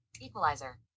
Equalizer